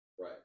Right